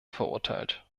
verurteilt